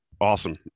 Awesome